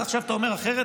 עכשיו אתה אומר אחרת,